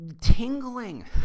tingling